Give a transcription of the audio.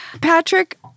Patrick